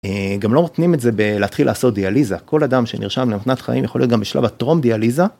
גם לא נותנים את זה בלהתחיל לעשות דיאליזה כל אדם שנרשם למתנת חיים יכול להיות גם בשלב התרום דיאליזה.